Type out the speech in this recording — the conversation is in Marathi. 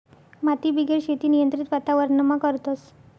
मातीबिगेर शेती नियंत्रित वातावरणमा करतस